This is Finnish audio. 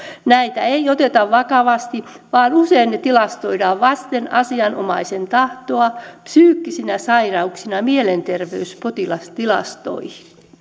näitä ei oteta vakavasti vaan usein ne tilastoidaan vasten asianomaisen tahtoa psyykkisinä sairauksina mielenterveyspotilastilastoihin